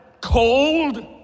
cold